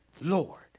Lord